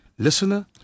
Listener